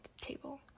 table